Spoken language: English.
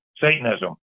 Satanism